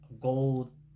gold